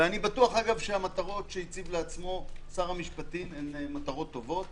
ואני בטוח שהמטרות שהציב לעצמו שר המשפטים הן טובות